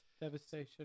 devastation